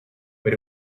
but